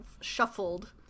shuffled